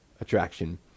Attraction